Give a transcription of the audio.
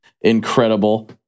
incredible